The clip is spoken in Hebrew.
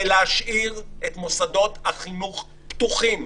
להשאיר את מוסדות החינוך פתוחים,